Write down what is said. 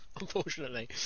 unfortunately